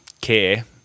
care